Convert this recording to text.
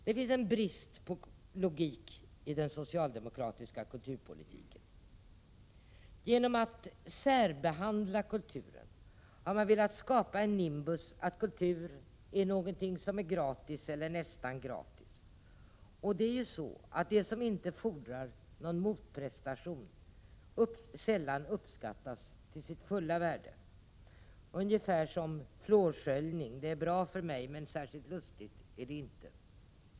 Det finns en brist på logik i den socialdemokratiska kulturpolitiken. Genom att särbehandla kulturen har socialdemokraterna velat skapa en nimbus kring kulturen, som om den vore gratis, eller nästan gratis — och det som inte fordrar någon motprestation uppskattas sällan till sitt fulla värde. Det är ungefär som fluorsköljning; det är bra, men särskilt lustigt är det inte.